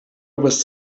was